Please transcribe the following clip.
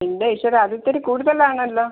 എൻ്റെ ഈശ്വരാ അത് ഇത്തിരി കൂടുതലാണല്ലോ